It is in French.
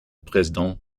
président